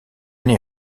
n’ai